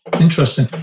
Interesting